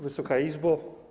Wysoka Izbo!